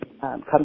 come